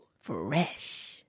Fresh